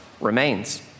remains